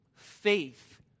Faith